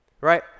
right